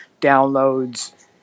downloads